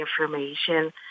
information